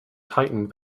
tightened